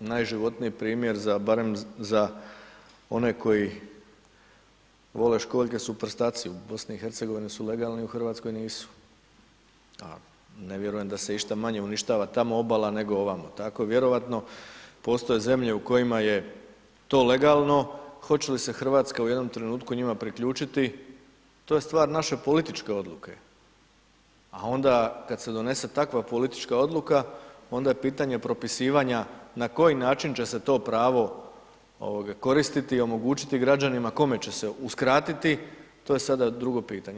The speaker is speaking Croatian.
najživotniji primjer za, barem za one koji vole školjke su prstaci, u BiH su legalni, u RH nisu, a ne vjerujem da se išta manje uništava tamo obala, nego ovamo, tako vjerojatno postoje zemlje u kojima je to legalno, hoće li se RH u jednom trenutku njima priključiti, to je stvar naše političke odluke, a onda kad se donese takva politička odluka onda je pitanje propisivanja na koji način će se to pravo koristiti i omogućiti građanima, kome će se uskratiti, to je sada drugo pitanje.